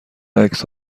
عکس